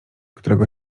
którego